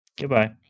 Goodbye